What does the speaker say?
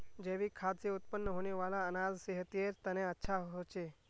जैविक खाद से उत्पन्न होने वाला अनाज सेहतेर तने अच्छा होछे